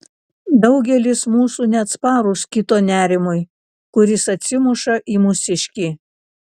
daugelis mūsų neatsparūs kito nerimui kuris atsimuša į mūsiškį